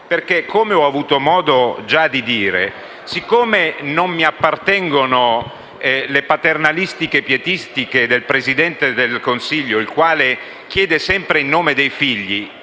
Peraltro, come ho già avuto modo di dire, siccome non mi appartengono le paternalistiche pietistiche del Presidente del Consiglio, il quale chiede sempre in nome dei figli,